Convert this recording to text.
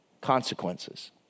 consequences